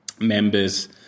members